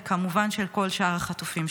וכמובן של כל שאר החטופים שלנו.